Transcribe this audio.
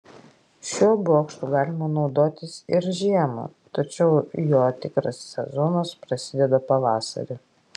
šiuo bokštu galima naudotis ir žiemą tačiau jo tikras sezonas prasideda pavasarį